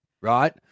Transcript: Right